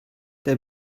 der